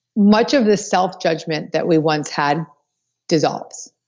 much of the self judgment that we once had dissolves,